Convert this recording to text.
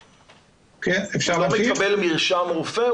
הוא לא מקבל מרשם רופא?